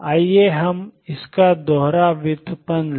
आइए हम इसका दोहरा व्युत्पन्न लें